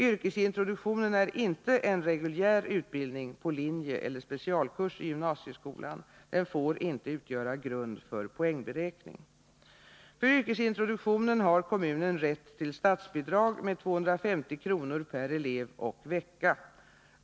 Yrkesintroduktionen är inte en reguljär utbildning på linje eller specialkurs i gymnasieskolan. Den får inte utgöra grund för poängberäkning. För yrkesintroduktion har kommunen rätt till statsbidrag med 250 kr. per elev och vecka.